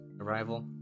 arrival